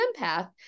empath